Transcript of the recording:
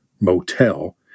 motel